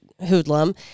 hoodlum